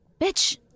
bitch